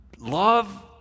Love